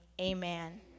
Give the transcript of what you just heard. Amen